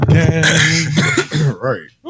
right